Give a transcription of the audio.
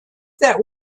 that